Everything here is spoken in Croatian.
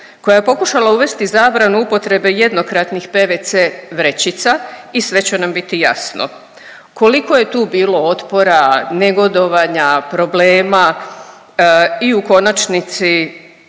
koja je pokušala uvesti zabranu upotrebe jednokratnih PVC vrećica i sve će nam biti jasno, koliko je tu bilo otpora, negodovanja, problema i u konačnici